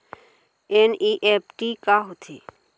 NEFT का होथे?